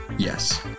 Yes